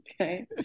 Okay